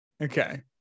okay